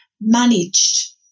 managed